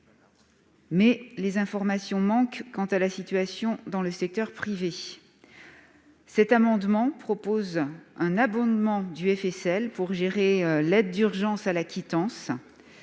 Les informations manquent quant à la situation dans le secteur privé. Cet amendement a pour objet d'abonder le FSL pour gérer l'aide d'urgence à la quittance.